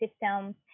system